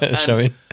showing